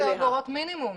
10 אגורות מינימום.